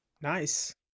Nice